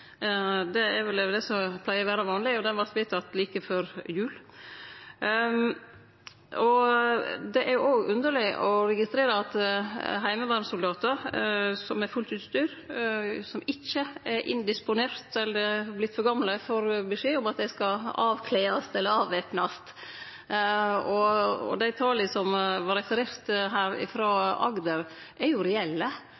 Det er vel det som pleier å vere vanleg – og han vart vedteken like før jul. Det er òg underleg å registrere at heimevernssoldatar med fullt utstyr som ikkje er indisponerte eller vortne for gamle, får beskjed om at dei skal «avkledast» eller avvæpnast. Dei tala som her var